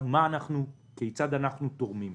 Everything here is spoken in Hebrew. כיצד אנחנו תורמים?